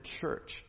church